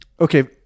okay